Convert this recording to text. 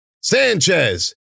Sanchez